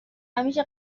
همیشه